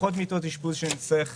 פחות מיטות אשפוז שנצטרך